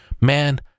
man